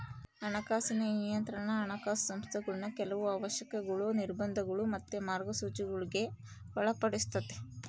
ಹಣಕಾಸಿನ ನಿಯಂತ್ರಣಾ ಹಣಕಾಸು ಸಂಸ್ಥೆಗುಳ್ನ ಕೆಲವು ಅವಶ್ಯಕತೆಗುಳು, ನಿರ್ಬಂಧಗುಳು ಮತ್ತೆ ಮಾರ್ಗಸೂಚಿಗುಳ್ಗೆ ಒಳಪಡಿಸ್ತತೆ